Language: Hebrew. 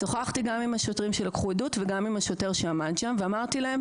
שוחחתי גם עם השוטרים שלקחו עדות וגם עם השוטר שעמד שם ואמרתי לכם: